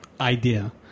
idea